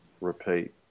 repeat